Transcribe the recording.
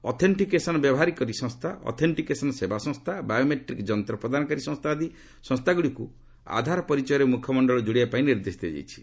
authentication ବ୍ୟବହାରକାରୀ ସଂସ୍ଥା authentication ସେବା ସଂସ୍ଥା ବାୟୋମେଟ୍ରିକ୍ ଯନ୍ତ ପ୍ରଦାନକାରୀ ସଂସ୍ଥା ଆଦି ସଂସ୍ଥାଗୁଡ଼ିକୁ ଆଧାର ପରିଚୟରେ ମୁଖମଣ୍ଡଳ ଯୋଡ଼ିବା ପାଇଁ ନିର୍ଦ୍ଦେଶ ଦିଆଯାଇଛି